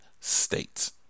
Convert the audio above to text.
States